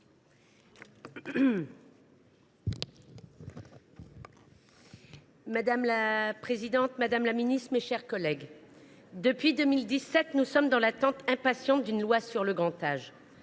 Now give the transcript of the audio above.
Madame la présidente, madame la ministre, mes chers collègues, depuis 2017, nous attendons impatiemment une loi sur le grand âge.